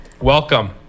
welcome